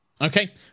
okay